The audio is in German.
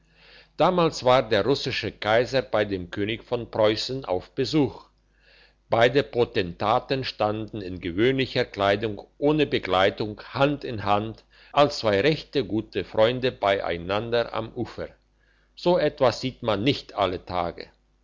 damals war der russische kaiser bei dem könig von preussen auf besuch beide potentaten standen in gewöhnlicher kleidung ohne begleitung hand in hand als zwei rechte gute freunde beieinander am ufer so etwas sieht man nicht alle tage